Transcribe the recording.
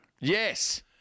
Yes